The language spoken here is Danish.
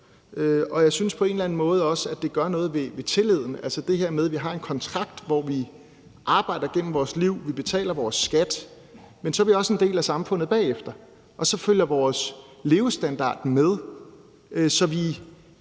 og jeg synes på en eller anden måde også, at det gør noget ved tilliden. Det er det her med, at vi har en kontrakt, hvor vi arbejder igennem vores liv og betaler vores skat, men så er vi også en del af samfundet bagefter, og så følger vores levestandard med, så vi